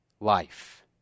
life